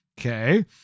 Okay